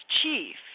chief